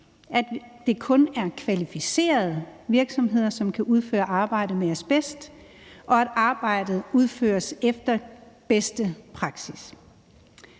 at det kun er kvalificerede virksomheder, som kan udføre arbejdet med asbest, og at arbejdet udføres efter bedste praksis.